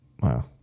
Wow